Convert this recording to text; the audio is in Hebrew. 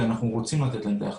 זרק את הפגר בוודאי הסמוך,